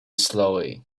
slowly